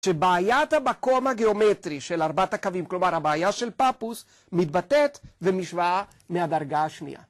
שבעיית המקום הגיאומטרי של ארבעת הקווים, כלומר הבעיה של פאפוס, מתבטאת במשוואה מהדרגה השנייה.